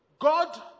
God